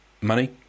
money